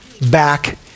back